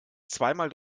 zweimal